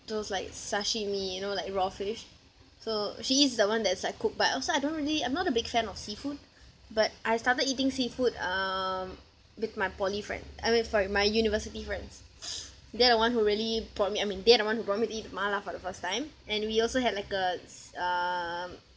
those like sashimi you know like raw fish so she eats the one that's like cooked but also I don't really I'm not a big fan of seafood but I started eating seafood um with my poly friend I mean sorry my university friends they are the one who really brought me I mean they are the one who brought me to eat the mala for the first time and we also had like a s~ um